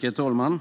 Herr talman!